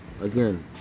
again